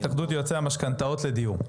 התאחדות יועצי המשכנתאות לדיור.